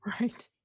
Right